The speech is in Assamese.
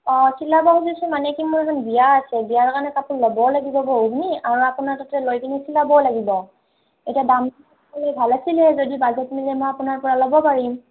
অঁ চিলাব খুজিছো মানে কি মোৰ এখন বিয়া আছে বিয়াৰ কাৰণে কাপোৰ ল'বও লাগিব বহুখিনি আৰু আপোনাৰ তাতে লৈ কিনে চিলাবও লাগিব এতিয়া দাম ভাল আছিলে যদি বাজেট মিলে মই আপোনাৰপৰা ল'ব পাৰিম